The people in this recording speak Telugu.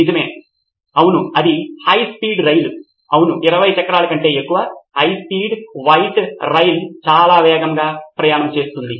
నిజమే అవును అది హై స్పీడ్ రైలు అవును 20 చక్రాల కంటే ఎక్కువ హై స్పీడ్ వైట్ రైలు చాలా వేగంగా ప్రయాణం చేస్తుంది